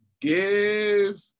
give